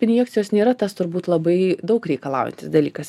injekcijos nėra tas turbūt labai daug reikalaujantis dalykas